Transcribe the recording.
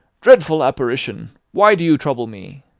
dreadful apparition, why do you trouble me?